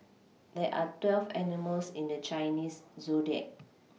there are twelve animals in the Chinese zodiac